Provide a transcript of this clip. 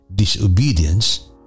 disobedience